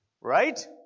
Right